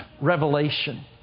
revelation